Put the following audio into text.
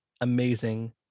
amazing